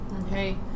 Okay